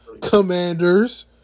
Commanders